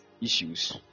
issues